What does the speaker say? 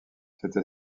cette